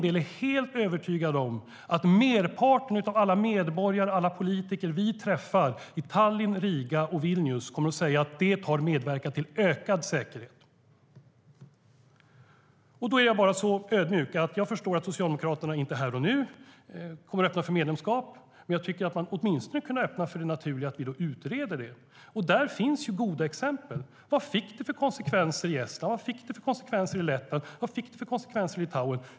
Jag är helt övertygad om att merparten av alla medborgare och alla politiker vi träffar i Tallinn, Riga och Vilnius kommer att säga att det har medverkat till ökad säkerhet. Jag är så ödmjuk att jag förstår att Socialdemokraterna inte här och nu kommer att öppna för medlemskap, men jag tycker att man åtminstone kunde ha öppnat för det naturliga att vi utreder det. Där finns ju goda exempel. Vad fick det för konsekvenser i Estland, Lettland och Litauen?